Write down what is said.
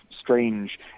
strange